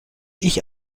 ich